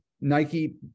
Nike